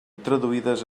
traduïdes